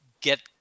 get